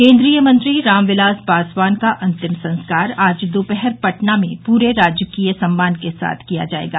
केन्द्रीय मंत्री रामविलास पासवान का अंतिम संस्कार आज दोपहर पटना में पूरे राजकीय सम्मान के साथ किया जायेगा